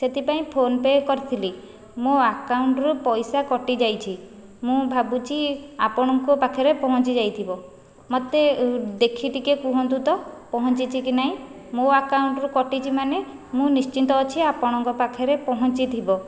ସେଥିପାଇଁ ଫୋନପେ କରିଥିଲି ମୋ ଆକାଉଣ୍ଟରୁ ପଇସା କଟିଯାଇଛି ମୁଁ ଭାବୁଛି ଆପଣଙ୍କ ପାଖରେ ପହଞ୍ଚି ଯାଇଥିବ ମୋତେ ଦେଖି ଟିକେ କୁହନ୍ତୁ ତ ପହଞ୍ଚିଛି କି ନାହିଁ ମୋ ଆକାଉଣ୍ଟରୁ କଟିଛି ମାନେ ମୁଁ ନିଶ୍ଚିନ୍ତ ଅଛି ଆପଣଙ୍କ ପାଖରେ ପହଁଞ୍ଚିଥିବ